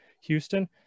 Houston